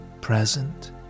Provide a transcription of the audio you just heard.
present